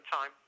time